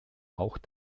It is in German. auch